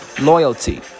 loyalty